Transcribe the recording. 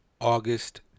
August